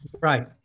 Right